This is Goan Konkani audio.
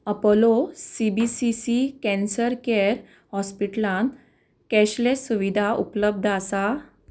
Apollo C B C C cancer care हॉस्पिटलांत कॅशलॅस सुविधा उपलब्ध आसा